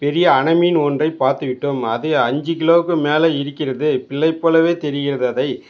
பெரிய அணை மீன் ஒன்றைப் பார்த்து விட்டோம் அது அஞ்சு கிலோவுக்கு மேலே இருக்கிறது பிள்ளைப் போலவே தெரிகிறது அதை